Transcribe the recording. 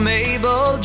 Mabel